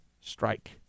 strike